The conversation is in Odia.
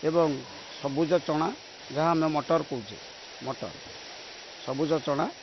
ଏବଂ ସବୁଜ ଚଣା ଯାହା ଆମେ ମଟର କହୁଛେ ମଟର ସବୁଜ ଚଣା